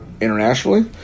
internationally